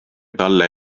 talle